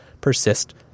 persist